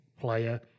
player